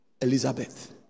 Elizabeth